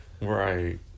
Right